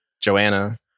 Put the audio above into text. Joanna